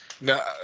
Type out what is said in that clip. No